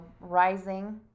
rising